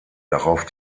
darauf